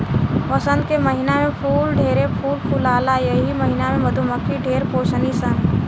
वसंत के महिना में फूल ढेरे फूल फुलाला एही महिना में मधुमक्खी ढेर पोसली सन